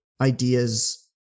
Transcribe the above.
ideas